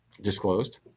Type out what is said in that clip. disclosed